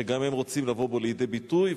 שגם הם רוצים לבוא בו לידי ביטוי.